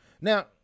Now